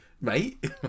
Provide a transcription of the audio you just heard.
mate